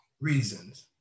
reasons